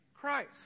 Christ